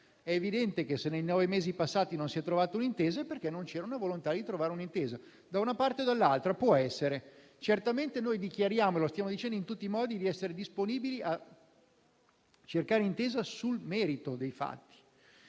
È evidente che, se nei nove mesi passati non si è trovata un'intesa, è perché non c'era la volontà di trovarla, da una parte e dall'altra. Può essere. Certamente dichiariamo - e lo stiamo dicendo in tutti i modi - di essere disponibili a cercare un'intesa sul merito dei fatti.